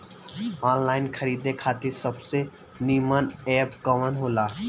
Online खरीदे खातिर सबसे नीमन एप कवन हो ला?